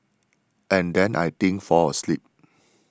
and then I think fell asleep